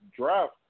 draft